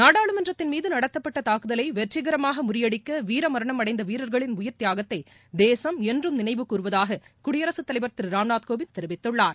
நாடாளுமன்றத்தின் மீது நடத்தப்பட்ட தாக்குதலை வெற்றிகரமாக முறியடிக்க வீரமரணம் அடைந்த வீரர்களின் உயிர்த்தியாகத்தை தேசம் என்றும் நினைவுகூருவதாக குடியரசு தலைவர் திரு ராம்நாத் கோவிந்த் தெரிவித்துள்ளார்